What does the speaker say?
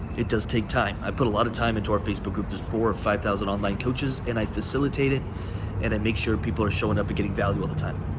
it does take time. i put a lot of time into our facebook group. there's four or five thousand online coaches and i facilitate it and i make sure people are showing up and getting value all the time.